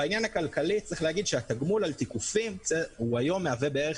בעניין הכלכלי צריך להגיד שהתגמול על תיקופים היום מהווה בערך